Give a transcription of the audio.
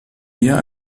mehr